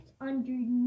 underneath